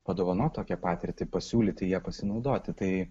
padovanot tokią patirtį pasiūlyti ja pasinaudoti tai